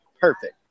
perfect